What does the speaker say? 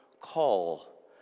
call